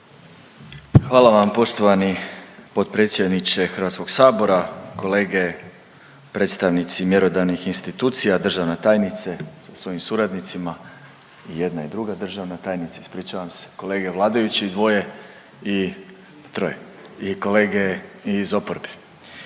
Hvala vam poštovani potpredsjedniče Hrvatskog sabora. Kolege predstavnici mjerodavnih institucija, državna tajnice sa svojim suradnicima i jedna i druga državna tajnice, ispričavam se, kolege vladajući dvoje i troje i kolege iz oporbe.